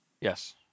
Yes